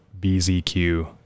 BZQ